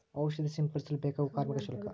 ಔಷಧಿ ಸಿಂಪಡಿಸಲು ಬೇಕಾಗುವ ಕಾರ್ಮಿಕ ಶುಲ್ಕ?